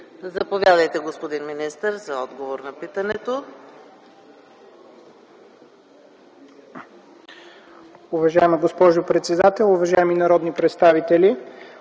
Заповядайте, господин министър за отговор на питането.